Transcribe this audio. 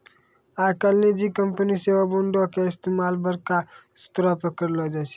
आइ काल्हि निजी कंपनी सेहो बांडो के इस्तेमाल बड़का स्तरो पे करै छै